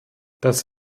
das